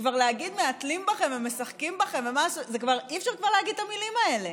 להגיד "מהתלים בכם ומשחקים בכם" אי-אפשר כבר להגיד את המילים האלה,